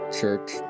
Church